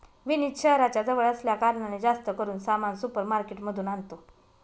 विनीत शहराच्या जवळ असल्या कारणाने, जास्त करून सामान सुपर मार्केट मधून आणतो